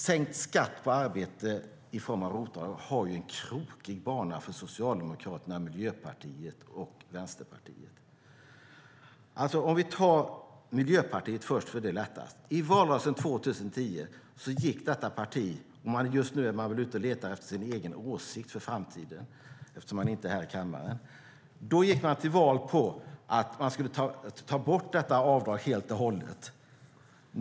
Sänkt skatt på arbete i form av ROT-avdrag har en krokig bana för Socialdemokraterna, Miljöpartiet och Vänsterpartiet. Vi tar Miljöpartiet först, för det är lättast. Just nu är man väl ute och letar efter sin egen åsikt för framtiden, eftersom man inte är här i kammaren. År 2010 gick detta parti till val på att ta bort avdraget helt och hållet.